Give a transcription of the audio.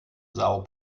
são